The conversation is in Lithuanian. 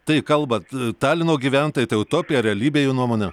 tai kalbat talino gyventojai tai utopija ar realybė jų nuomone